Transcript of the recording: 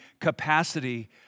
capacity